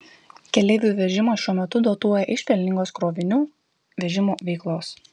keleivių vežimą šiuo metu dotuoja iš pelningos krovinių vežimo veiklos